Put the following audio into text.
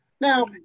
now